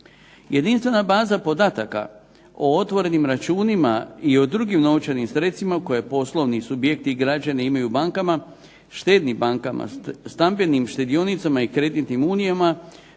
Jedinstvena baza podataka o otvorenim računima i o drugim novčanim sredstvima koje poslovni subjekti i građani imaju u bankama štednim bankama, stambenim štedionicama i kreditnim unijama